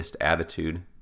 attitude